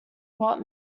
kuwait